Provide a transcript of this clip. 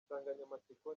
insanganyamatsiko